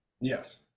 Yes